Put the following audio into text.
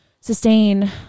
sustain